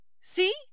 See